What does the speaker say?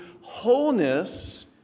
wholeness